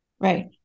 Right